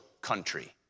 country